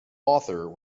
author